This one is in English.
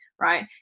right